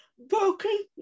Broken